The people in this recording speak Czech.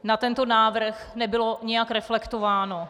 Na tento návrh nebylo nijak reflektováno.